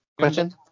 Question